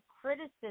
criticism